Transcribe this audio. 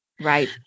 Right